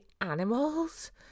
animals